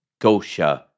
Gosha